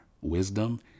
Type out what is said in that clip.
wisdom